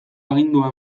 agindua